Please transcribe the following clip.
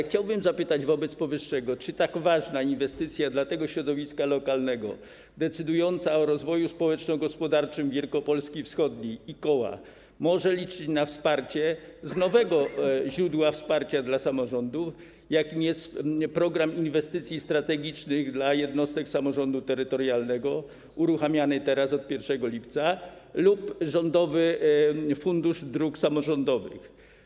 Chciałbym zapytać wobec powyższego, czy tak ważna inwestycja dla tego środowiska lokalnego, decydująca o rozwoju społeczno-gospodarczym Wielkopolski wschodniej i Koła, może liczyć na wsparcie z nowego źródła wsparcia dla samorządów, jakim jest „Program inwestycji strategicznych” dla jednostek samorządu terytorialnego, uruchamiany teraz od 1 lipca, lub rządowy Fundusz Dróg Samorządowych.